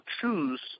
choose